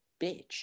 bitch